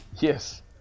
yes